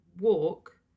walk